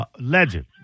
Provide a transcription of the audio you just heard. Legend